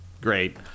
great